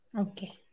okay